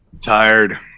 Tired